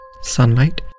sunlight